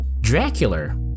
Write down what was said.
Dracula